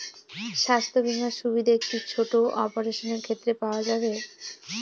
স্বাস্থ্য বীমার সুবিধে কি ছোট অপারেশনের ক্ষেত্রে পাওয়া যাবে?